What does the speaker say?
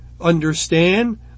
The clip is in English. understand